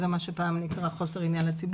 זה מה שפעם נקרא חוסר עניין לציבור.